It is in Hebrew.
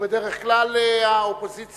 בדרך כלל האופוזיציה,